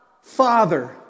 Father